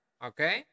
Okay